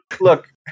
look